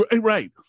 Right